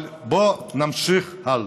אבל בוא נמשיך הלאה.